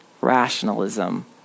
rationalism